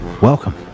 Welcome